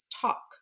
talk